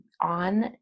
On